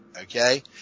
okay